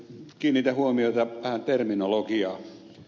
kiinnitän huomiota tähän terminologiaan